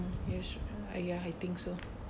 mm yes ah ya I think so